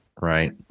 Right